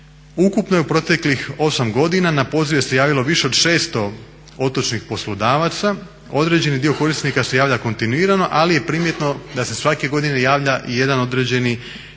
Ukupno je u proteklih 8 godina na pozive se javilo više od 600 otočnih poslodavaca. Određeni dio korisnika se javlja kontinuirano, ali je primjetno da se svake godine javlja i jedan određeni novi